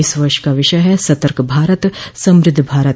इस वर्ष का विषय है सतर्क भारत समृद्ध भारत